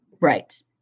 right